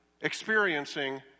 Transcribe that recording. experiencing